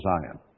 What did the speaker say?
Zion